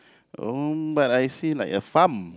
oh but I see like a farm